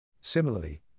Similarly